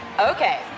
Okay